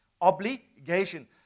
obligation